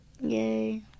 Yay